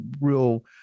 real